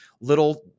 little